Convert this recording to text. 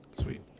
sweet